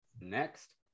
Next